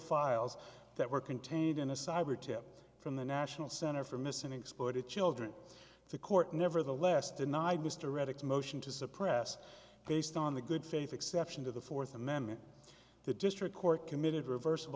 files that were contained in a cyber tip from the national center for missing exploited children the court nevertheless denied mr reddick motion to suppress based on the good faith exception to the fourth amendment the district court committed revers